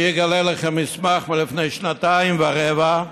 אני אגלה לכם מסמך מלפני שנתיים ורבע.